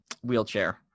wheelchair